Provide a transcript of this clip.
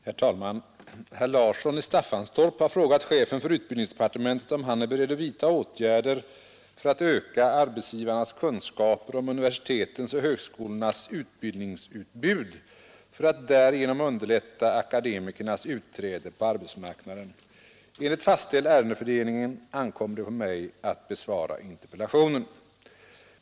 Herr talman! Herr Larsson i Staffanstorp har frågat chefen för utbildningsdepartementet om han är beredd att vidta åtgärder för att öka arbetsgivarnas kunskaper om universitetens och högskolornas utbildningsutbud för att därigenom underlätta akademikernas utträde på arbetsmarknaden. Enligt fastställd ärendefördelning ankommer det på mig att besvara interpellationen.